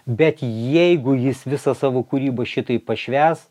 bet jeigu jis visą savo kūrybą šitaip pašvęs